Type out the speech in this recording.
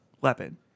weapon